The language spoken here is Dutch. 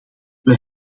wij